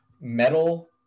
metal